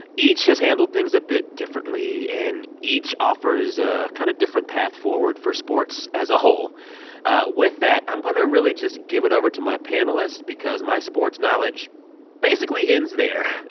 each has handled things a bit differently, and each offers a kind of different path forward for sports as a whole with that, i'm going to really just give it over to my panelists because my sports knowledge basically ends there.